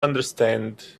understand